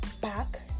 back